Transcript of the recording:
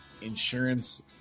insurance